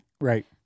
Right